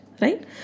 right